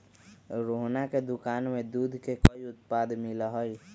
रोहना के दुकान में दूध के कई उत्पाद मिला हई